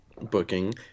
booking